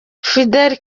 fidel